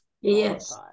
Yes